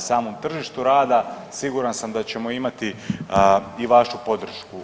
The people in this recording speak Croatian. samom tržištu rada siguran sam da ćemo imati i vašu podršku.